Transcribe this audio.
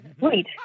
Wait